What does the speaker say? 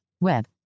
Web